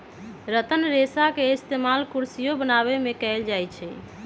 रतन रेशा के इस्तेमाल कुरसियो बनावे में कएल जाई छई